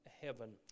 heaven